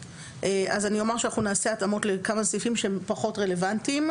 אז אני אומר שאנחנו נעשה התאמות לכמה סעיפים שהם פחות רלוונטיים,